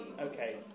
Okay